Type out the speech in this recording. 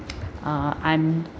uh I'm